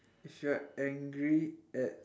if you're angry at